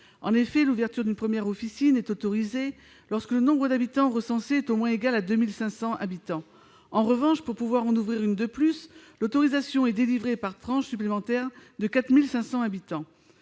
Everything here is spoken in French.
En effet, l'ouverture d'une première officine est autorisée lorsque le nombre d'habitants recensés est au moins égal à 2 500. En revanche, pour pouvoir en ouvrir une de plus, l'autorisation est délivrée par tranche supplémentaire de 4 500 habitants.